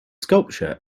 sculpture